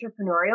entrepreneurial